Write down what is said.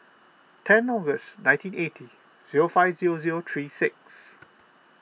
ten August nineteen eighty zero five zero zero three six